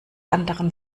anderen